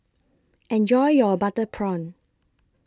Enjoy your Butter Prawn